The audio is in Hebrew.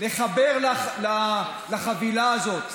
לחבר לחבילה הזאת,